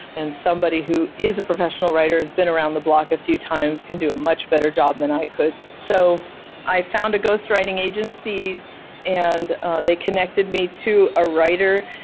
and somebody who is a professional writer who's been around the block a few times can do a much better job than i could so i found a ghost writing agency and they connected me to a writer.